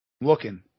looking